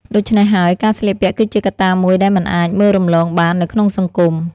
ដូច្នេះហើយ ការស្លៀកពាក់គឺជាកត្តាមួយដែលមិនអាចមើលរំលងបាននៅក្នុងសង្គម។